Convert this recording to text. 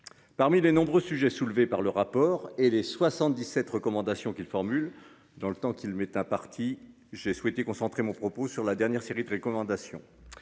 Parmi les nombreux sujets soulevés par le rapport et les 77 recommandations qu'il formule dans le temps qu'il mette un parti, j'ai souhaité concentrer mon propos sur la dernière série de recommandations